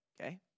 okay